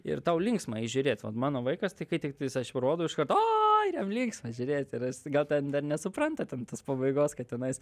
ir tau linksma jį žiūrėt vat mano vaikas tai kai tiktais aš jį rodau iš karto o ir jam linksma žiūrėt tai yra jis gal ten dar nesupranta ten tos pabaigos kad tenais